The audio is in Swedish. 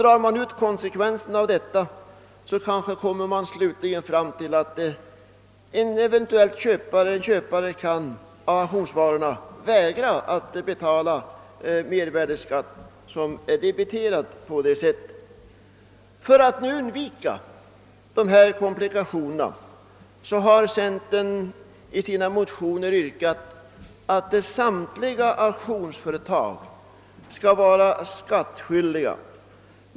Drar man ut konsekvenserna av detta kommer man kanske till det re sultatet, att köparen av auktionsvarorna kan vägra att betala mervärdeskatt som är debiterad på detta sätt. För att undvika de aktuella komplikationerna har centern i sina motioner yrkat att samtliga auktionsföretag skall vara skattskyldiga.